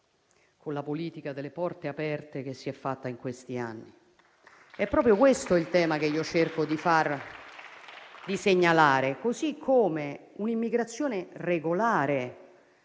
con la politica delle porte aperte che si è fatta in questi anni. È proprio questo il tema che cerco di segnalare, così come un'immigrazione regolare,